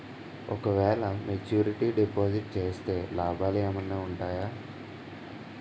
ఓ క వేల maturity deposit చేస్తే లాభాలు ఏమైనా ఉంటాయా?